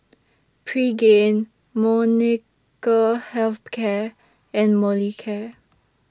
Pregain Molnylcke Health Care and Molicare